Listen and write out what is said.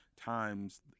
times